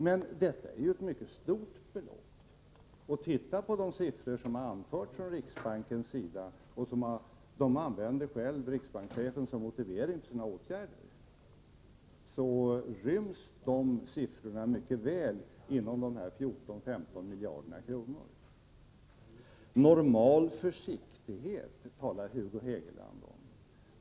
Men detta är ju ett mycket stort belopp. Om man ser på de siffror som har anförts från riksbankens sida, och som riksbankschefen själv använder som motivering för åtgärderna, finner man att dessa siffror mycket väl ryms inom de 14—15 miljarderna. Normal försiktighet talar Hugo Hegeland om.